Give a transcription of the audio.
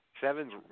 Seven's